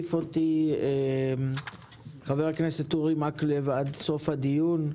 מחליף אותי חבר הכנסת אורי מקלב עד סוף הדיון.